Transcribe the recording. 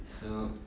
so